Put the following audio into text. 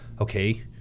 okay